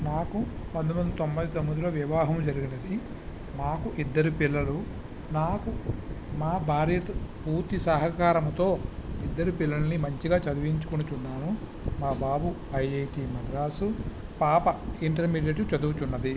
నాకు పంతొమ్మిది వందల తొంబై తొమ్మిది లో వివాహం జరిగినది నాకు ఇద్దరు పిల్లలు నాకు మా భార్యతో పూర్తి సహకారంతో ఇద్దరు పిల్లలని మంచిగా చదివించుచున్నాను మా బాబు ఐఐటి మద్రాసు పాప ఇంటర్మీడియట్ చదువుచున్నది